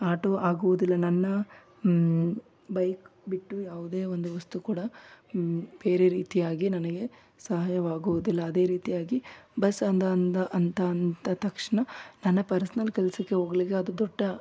auto ಆಗುವುದಿಲ್ಲ ನನ್ನ bike ಬಿಟ್ಟು ಯಾವುದೇ ಒಂದು ವಸ್ತು ಕೂಡ ಬೇರೆ ರೀತಿಯಾಗಿ ನನಗೆ ಸಹಾಯವಾಗುವುದಿಲ್ಲ ಅದೇ ರೀತಿಯಾಗಿ ಬಸ್ ಅಂದ ಅಂದ ಅಂತ ಅಂದ ತಕ್ಷಣ ನನ್ನ ಪರ್ಸ್ನಲ್ ಕೆಲಸಕ್ಕೆ ಹೋಗಲಿಕ್ಕೆ ಅದು ದೊಡ್ಡ